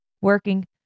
working